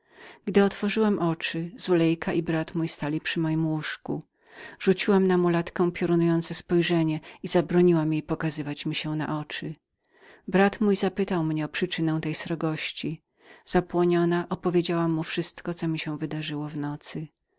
gdy otworzyłam oczy zulejka i brat mój stali przy mojem łóżku rzuciłam na pierwszą piorunujący wzrok i zabroniłam jej pokazywać mi się na oczy brat mój zapytał mnie o przyczynę tej srogości zapłoniona opowiedziałam mu wszystko co mi się wydarzyło odrzekł na